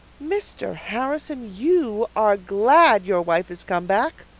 mr. harrison, you are glad your wife is come back,